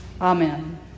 Amen